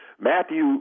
Matthew